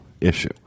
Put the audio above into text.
issue